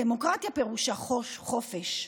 דמוקרטיה, פירושה חופש.